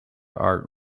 art